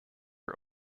are